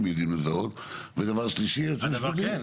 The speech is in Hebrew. כן,